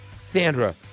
Sandra